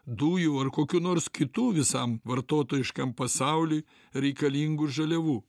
dujų ar kokių nors kitų visam vartotojiškam pasauliui reikalingų žaliavų